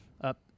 up